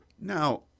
Now